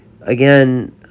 again